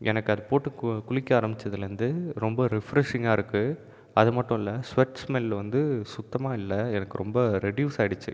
எனக்கு அது போட்டு குளிக்க ஆரம்பிச்சதுலேருந்து ரொம்ப ரீஃப்ரெஷ்ஷிங்காக இருக்குது அதுமட்டும் இல்லை ஸ்வெட் ஸ்மல் வந்து சுத்தமாக இல்லை எனக்கு ரொம்ப ரெட்யூஸ் ஆகிடுச்சு